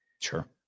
Sure